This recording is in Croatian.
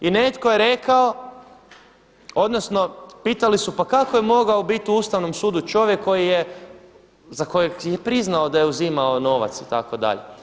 I netko je rekao, odnosno pitali su pa kako je mogao biti u Ustavnom sudu čovjek koji je, za kojeg je priznao da je uzimao novac itd.